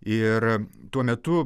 ir tuo metu